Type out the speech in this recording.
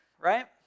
right